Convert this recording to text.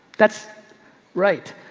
that's right.